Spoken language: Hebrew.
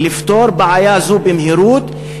לפתור בעיה זו במהירות,